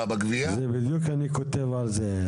בדיוק אני כותב על זה.